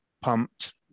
pumped